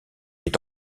est